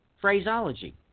phraseology